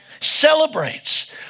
celebrates